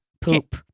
Poop